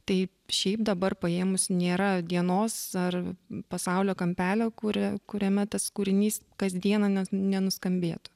tai šiaip dabar paėmus nėra dienos ar pasaulio kampelio kuria kuriame tas kūrinys kasdieną ne nenuskambėtų